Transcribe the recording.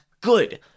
good